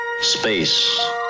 Space